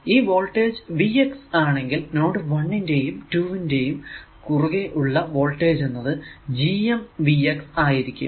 ഈ voltage Vx ആണെങ്കിൽ node 1 ന്റെയും 2 ന്റെയും കുറുകെ ഉള്ള വോൾടേജ് എന്നത് GmVxആയിരിക്കും